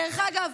דרך אגב,